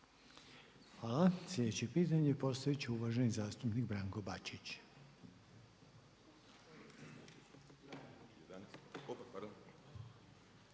Hvala. Sljedeće pitanje postavit će uvaženi zastupnik Branko Bačić.